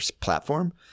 platform